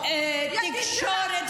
אז תיזהרו,